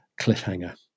cliffhanger